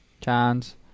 Chance